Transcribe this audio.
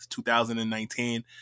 2019